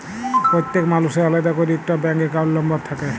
প্যত্তেক মালুসের আলেদা ক্যইরে ইকট ব্যাংক একাউল্ট লম্বর থ্যাকে